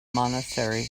monastery